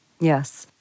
Yes